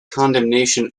condemnation